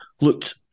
looked